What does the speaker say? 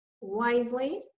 wisely